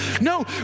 No